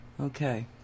Okay